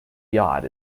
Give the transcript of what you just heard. yacht